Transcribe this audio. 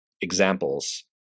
examples